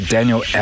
Daniel